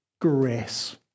grace